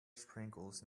sprinkles